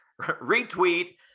retweet